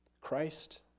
Christ